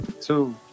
Two